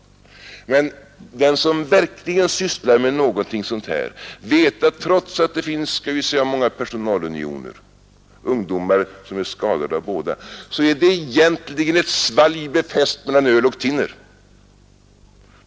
Men den som verkligen sysslar med sådant här vet, att trots att det finns många ”personalunioner” — ungdomar som är skadade av båda — är det egentligen ett svalg befäst mellan öl och thinner.